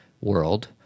world